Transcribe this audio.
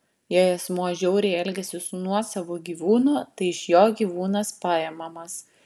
jei asmuo žiauriai elgiasi su nuosavu gyvūnu tai iš jo gyvūnas paimamas